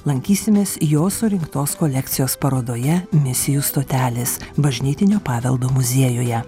lankysimės jo surinktos kolekcijos parodoje misijų stotelės bažnytinio paveldo muziejuje